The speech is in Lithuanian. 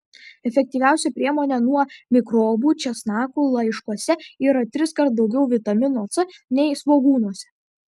efektyviausia priemonė nuo mikrobų česnakų laiškuose yra triskart daugiau vitamino c nei svogūnuose